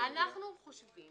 אנחנו חושבים,